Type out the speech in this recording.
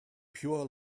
pure